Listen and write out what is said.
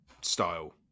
style